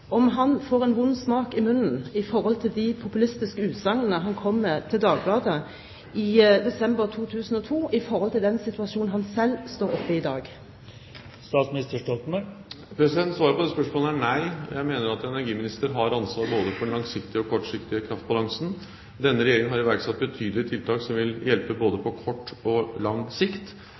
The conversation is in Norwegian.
om han får en vond smak i munnen av de populistiske utsagnene han kom med til Dagbladet i desember 2002, med tanke på den situasjonen han selv står oppe i i dag. Svaret på det spørsmålet er nei. Jeg mener at en energiminister har ansvar for både den langsiktige og den kortsiktige kraftbalansen. Denne regjeringen har iverksatt betydelige tiltak som vil hjelpe både på kort og lang sikt